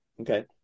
okay